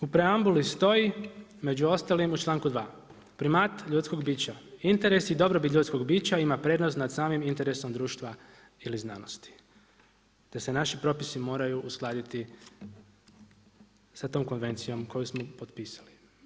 U preambuli stoji među ostalim u članku 2. primat ljudskog bića, interesi i dobrobit ljudskog bića ima prednost nad samim interesom društva ili znanosti, te se naši propisi moraju uskladiti sa tom konvencijom koju smo potpisali.